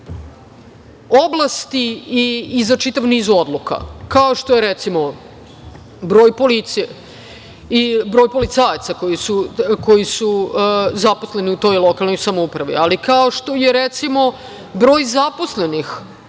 oblasti i za čitav niz odluka, kao što je, recimo, broj policije i broj policajaca koji su zaposleni u toj lokalnoj samouprave, kao što je, recimo, broj zaposlenih